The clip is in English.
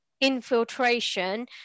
infiltration